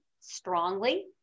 strongly